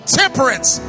temperance